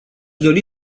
dori